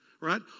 right